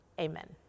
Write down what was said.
Amen